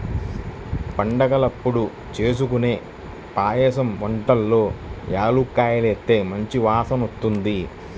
పండగలప్పుడు జేస్కొనే పాయసం వంటల్లో యాలుక్కాయాలేస్తే మంచి వాసనొత్తది